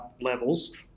levels